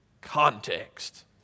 Context